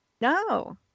No